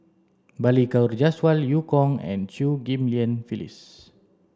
Balli Kaur Jaswal Eu Kong and Chew Ghim Lian Phyllis